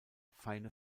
feine